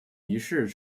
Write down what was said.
歧视